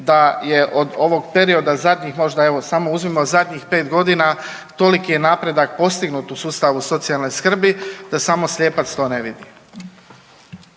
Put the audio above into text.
da je od ovog perioda zadnjeg možda evo samo uzmimo zadnjih pet godina toliki je napredak postignut u sustavu socijalne skrbi da samo slijepac to ne vidi.